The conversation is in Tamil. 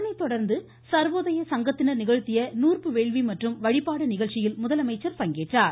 அதனைத்தொடா்ந்து சர்வோதய சங்கத்தினா் நிகழ்த்திய நூற்பு வேள்வி மற்றும் வழிபாடு நிகழ்ச்சியில் முதலமைச்சர் பங்கேற்றார்